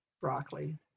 broccoli